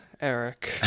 Eric